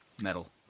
metal